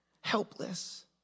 helpless